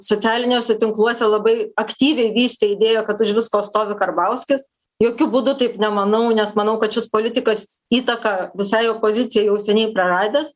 socialiniuose tinkluose labai aktyviai vystė idėją kad už visko stovi karbauskis jokiu būdu taip nemanau nes manau kad šis politikas įtaką visai opozicijai jau seniai praradęs